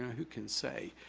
who can say,